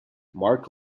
mark